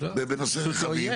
בנושא רכבים,